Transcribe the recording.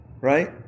right